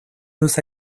los